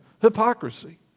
hypocrisy